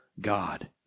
God